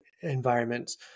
environments